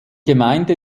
gemeinde